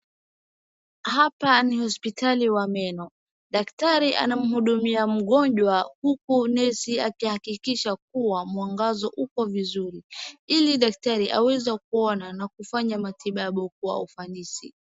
Hapa ni hospitali wa meno. Daktari anamhudumia Mgonjwa huku Nesi akihakikisha kuwa mwangaza uko vizuri, ili Daktari aweze kuona na kufanya matibabu kwa ufanisi.